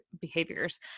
behaviors